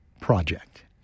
Project